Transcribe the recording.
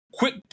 Quick